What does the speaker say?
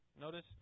Notice